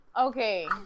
Okay